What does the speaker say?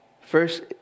First